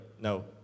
no